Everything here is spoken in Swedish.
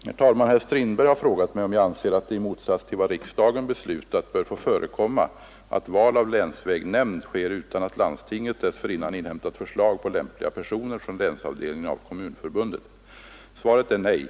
Herr talman! Herr Strindberg har frågat mig om jag anser att det — i motsats till vad riksdagen beslutat — bör få förekomma att val av länsvägnämnd sker utan att landstinget dessförinnan inhämtat förslag på lämpliga personer från länsavdelningen av Kommunförbundet. Svaret är nej.